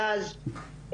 הדאג',